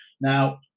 Now